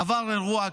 עבר אירוע קשה,